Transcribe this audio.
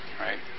right